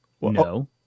No